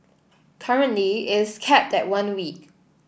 currently it is capped at one week